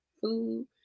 food